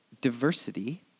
diversity